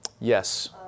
Yes